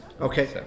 Okay